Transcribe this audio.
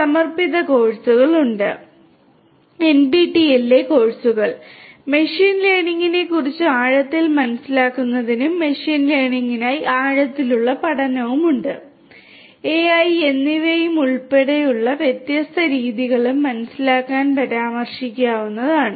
സമർപ്പിത കോഴ്സുകൾ ഉണ്ട് എൻപിടിഇഎല്ലിലെ കോഴ്സുകൾ മെഷീൻ ലേണിംഗിനെക്കുറിച്ച് ആഴത്തിൽ മനസ്സിലാക്കുന്നതിനും മെഷീൻ ലേണിംഗിനായി ആഴത്തിലുള്ള പഠനം എഐ എന്നിവയും ഉൾപ്പെടെയുള്ള വ്യത്യസ്ത രീതികളും മനസ്സിലാക്കാൻ പരാമർശിക്കാവുന്നതാണ്